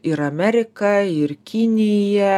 ir amerika ir kinija